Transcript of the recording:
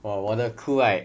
!wah! 我的 crew right